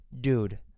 Dude